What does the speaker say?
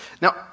Now